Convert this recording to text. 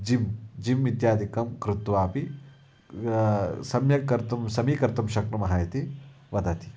gym gym इत्यादिकं कृत्वापि सम्यक् कर्तुं समीकर्तुं शक्नुमः इति वदति